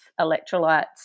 electrolytes